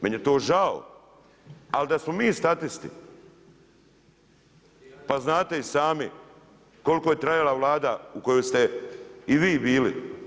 Meni je to žao, ali da smo mi statisti, pa znate i sami koliko je trajala Vlada u kojoj ste i vi bili.